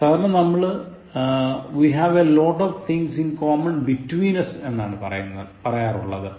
സാധാരണ നമ്മൾ we have a lot of things in common between us എന്നാണ് പറയാറുള്ളത്